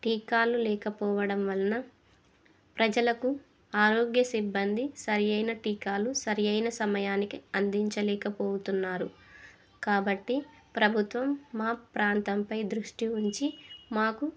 టీకాలు లేకపోవడం వలన ప్రజలకు ఆరోగ్య సిబ్బంది సరి అయిన టీకాలు సరి అయిన సమయానికి అందించలేకపోతున్నారు కాబట్టి ప్రభుత్వం మా ప్రాంతంపై దృష్టి ఉంచి మాకు